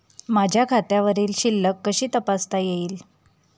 माझ्या खात्यावरील शिल्लक कशी तपासता येईल?